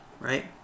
right